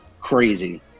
crazy